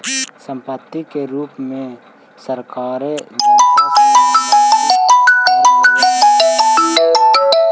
सम्पत्ति कर के रूप में सरकारें जनता से वार्षिक कर लेवेऽ हई